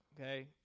okay